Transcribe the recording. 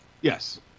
Yes